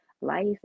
Life